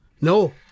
No